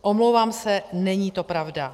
Omlouvám se, není to pravda.